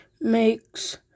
Makes